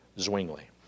Zwingli